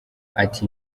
ati